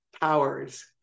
powers